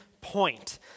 point